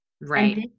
Right